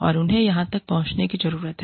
औरउन्हें वहां तक पहुंचने की जरूरत है